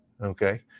okay